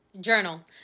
journal